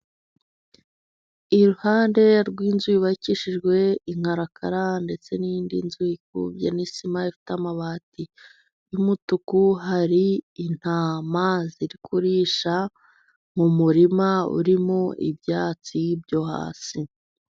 Iruhande rw'inzu yubakishijwe inkarakara ndetse n'iyindi nzu ikubye n'isima ifite amabati y'umutuku, hari intama zirigurisha mu murima urimo ibyatsi byo hasi.